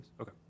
Okay